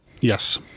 Yes